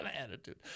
attitude